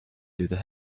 through